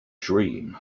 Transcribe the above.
dream